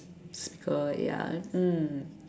typical ya mm